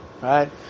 right